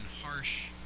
harsh